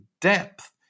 depth